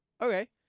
Okay